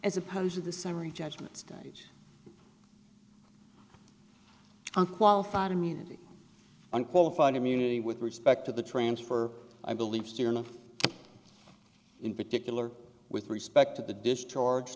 as opposed to the summary judgment stage on qualified immunity and qualified immunity with respect to the transfer i believe still enough in particular with respect to the discharge